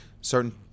certain